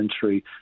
century